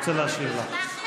אני רוצה להשיב לך.